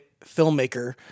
filmmaker